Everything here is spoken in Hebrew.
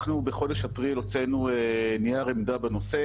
אנחנו בחודש אפריל הוצאנו נייר עמדה בנושא,